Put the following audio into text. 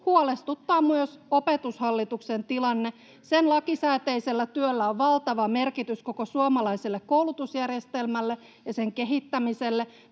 huolestuttaa myös Opetushallituksen tilanne. Sen lakisääteisellä työllä on valtava merkitys koko suomalaiselle koulutusjärjestelmälle ja sen kehittämiselle.